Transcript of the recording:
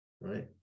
right